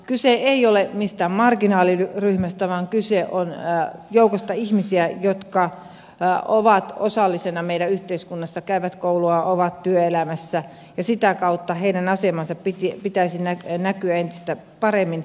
kyse ei ole mistään marginaaliryhmästä vaan kyse on joukosta ihmisiä jotka ovat osallisena meidän yhteiskunnassa käyvät koulua ovat työelämässä ja sitä kautta heidän asemansa pitäisi näkyä entistä paremmin